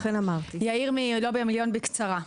יאיר מלובי המיליון, בקצרה.